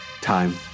Time